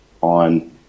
on